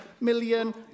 million